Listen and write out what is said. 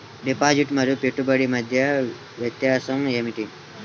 Deposit మరియు పెట్టుబడి మధ్య వ్యత్యాసం ఏమిటీ?